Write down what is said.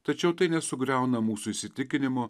tačiau tai nesugriauna mūsų įsitikinimo